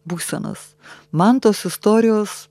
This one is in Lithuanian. būsenas man tos istorijos